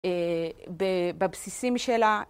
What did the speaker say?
בבסיסים שלה.